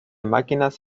máquinas